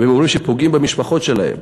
והם אומרים שפוגעים במשפחות שלהם,